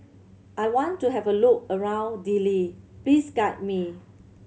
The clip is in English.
I want to have a look around Dili please guide me